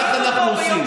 כך אנחנו עושים.